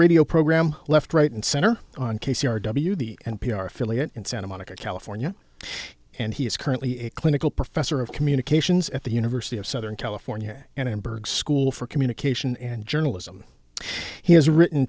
radio program left right and center on k c r w the n p r affiliate in santa monica california and he is currently a clinical professor of communications at the university of southern california and emberg school for communication and journalism he has written